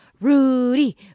Rudy